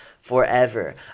forever